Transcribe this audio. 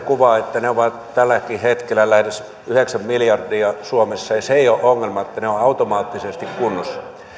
erilainen kuva ne ovat tälläkin hetkellä lähes yhdeksän miljardia suomessa ja se ei ole ongelma ne ovat automaattisesti kunnossa